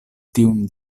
tiun